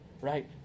right